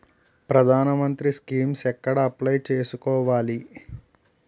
ప్రధాన మంత్రి స్కీమ్స్ ఎక్కడ అప్లయ్ చేసుకోవాలి?